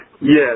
Yes